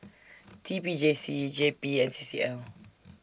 T P J C J P and C C L